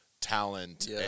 talent